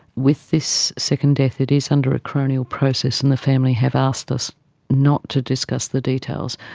with this second death it is under a coronial process and the family have asked us not to discuss the details.